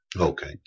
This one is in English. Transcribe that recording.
Okay